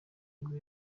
nibwo